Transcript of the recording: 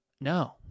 No